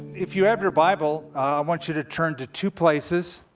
if you have your bible, i want you to turn to two places.